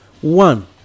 one